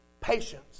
Patience